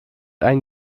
ein